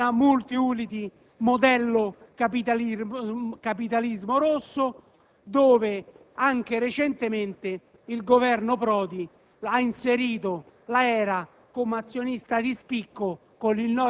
Quindi, stiamo parlando di una *multi-unity* modello capitalismo rosso, dove anche recentemente il Governo Prodi ha inserito la